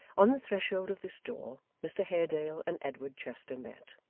on the threshold of this door, mr haredale and edward chester met.